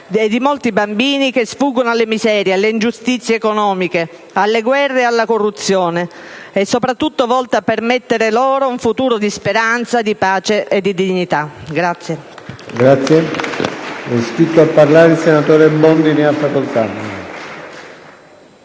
e dei molti bambini che sfuggono alle miserie, alle ingiustizie economiche, alle guerre e alla corruzione, e soprattutto volta a permettere loro un futuro di speranza, pace e dignità.